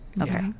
okay